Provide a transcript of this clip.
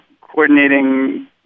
coordinating